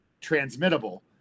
transmittable